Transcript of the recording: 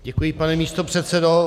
Děkuji, pane místopředsedo.